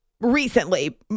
recently